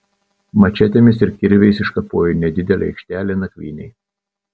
mačetėmis ir kirviais iškapojo nedidelę aikštelę nakvynei